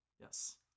Yes